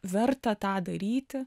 verta tą daryti